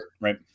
right